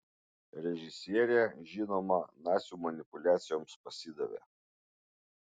režisierė žinoma nacių manipuliacijoms pasidavė